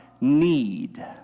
need